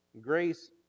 Grace